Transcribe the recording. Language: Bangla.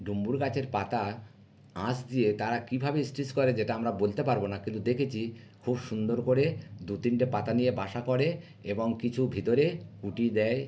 ডুমুর গাছের পাতা আঁশ দিয়ে তারা কীভাবে স্টিচ করে যেটা আমরা বলতে পারব না কিন্তু দেখেছি খুব সুন্দর করে দু তিনটে পাতা নিয়ে বাসা করে এবং কিছু ভিতরে খুঁটি দেয়